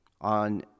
on